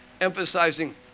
emphasizing